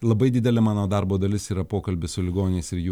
labai didelė mano darbo dalis yra pokalbis su ligoniais ir jų